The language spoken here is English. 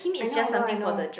I know I know I know